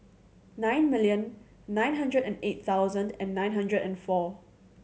nine million nine hundred and eight thousand and nine hundred and four